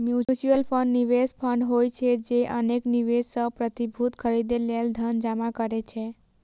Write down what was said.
mutual fund निवेश fund होइ छै, जे अनेक निवेशक सं प्रतिभूति खरीदै लेल धन जमा करै छै